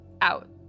out